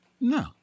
No